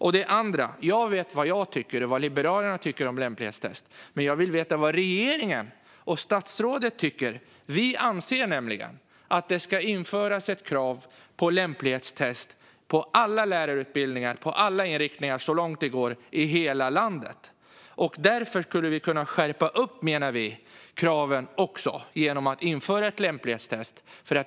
När det gäller lämplighetstest vet jag vad jag och Liberalerna tycker, men jag vill veta vad regeringen och statsrådet tycker. Vi anser nämligen att det ska införas ett krav på lämplighetstest på alla lärarutbildningar och på alla inriktningar så långt det går i hela landet. Vi menar att kraven skulle kunna skärpas genom att införa ett lämplighetstest.